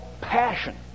passion